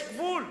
יש גבול.